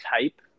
type